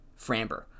Framber